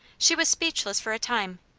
she was speechless for a time,